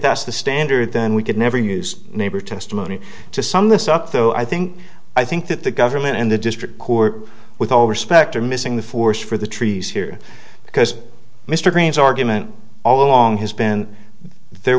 that's the standard then we could never use neighbor testimony to sum this up though i think i think that the government and the district court with all respect are missing the forest for the trees here because mr green's argument all along has been there